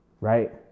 Right